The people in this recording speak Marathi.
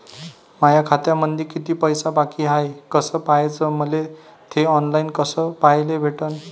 माया खात्यामंधी किती पैसा बाकी हाय कस पाह्याच, मले थे ऑनलाईन कस पाह्याले भेटन?